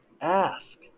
Ask